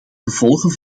gevolgen